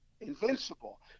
Invincible